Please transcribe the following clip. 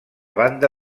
banda